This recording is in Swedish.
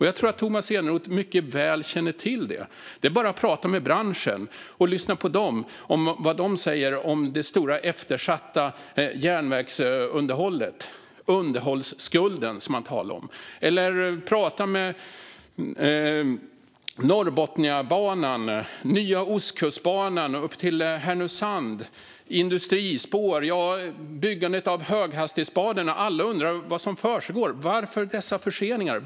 Jag tror att Tomas Eneroth mycket väl känner till det. Det är bara att prata med branschen och lyssna på vad de säger om det stora eftersatta järnvägsunderhållet. Det talas om underhållsskulden. Man kan också prata om Norrbotniabanan, Nya Ostkustbanan upp till Härnösand, industrispår och byggande av höghastighetsbanor. Alla undrar vad som försiggår. Varför är det dessa förseningar?